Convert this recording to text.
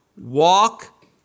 Walk